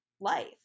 life